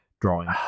Drawing